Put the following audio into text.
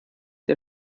der